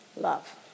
love